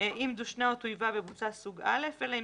אם דושנה או טויבה בבוצה סוג א' אלא אם